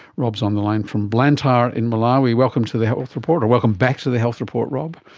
rob is on the line from blantyre in malawi. welcome to the health report, or welcome back to the health report rob.